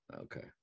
okay